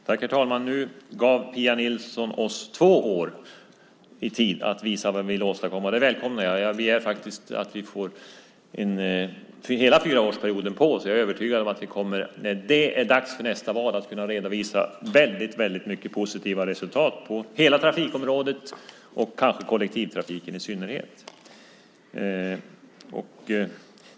Herr talman! Nu gav Pia Nilsson oss två år för att visa vad vi vill åstadkomma. Det välkomnar jag. Jag begär faktiskt att vi får hela fyraårsperioden på oss. Jag är övertygad om att vi när det är dags för nästa val kommer att kunna redovisa väldigt många positiva resultat på hela trafikområdet och kanske för kollektivtrafiken i synnerhet.